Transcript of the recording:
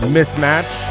Mismatch